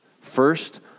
First